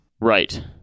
Right